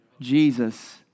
Jesus